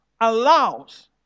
allows